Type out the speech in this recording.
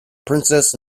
princess